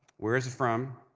where is it from?